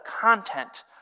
content